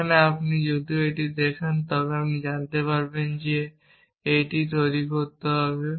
যেখানে আপনি যদি এটিও দেখেন তবে আপনি জানতে পারবেন যে আপনাকে এটি তৈরি করতে হবে